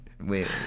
Wait